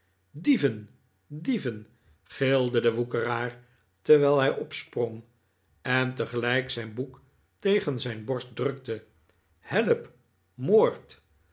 dieven dieven gilde de woekeraar terwijl hij opsprong en tegelijk zijn boek tegen zijn borst drukte help moord